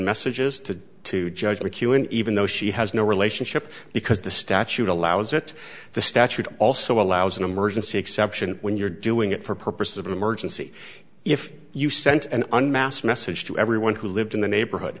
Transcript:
messages to to judge mchugh and even though she has no relationship because the statute allows it the statute also allows an emergency exception when you're doing it for purposes of an emergency if you sent an unmasked message to everyone who lived in the neighborhood